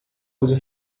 usa